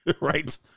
right